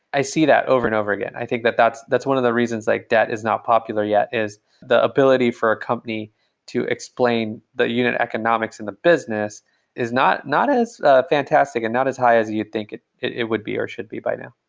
i see that over and over again. i think that that's that's one of the reasons like debt is not popular yet, is the ability for a company to explain the unit economics and the business is not not as ah fantastic and not as high as you think it it would be or should be by now.